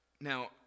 Now